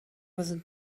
with